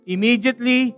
Immediately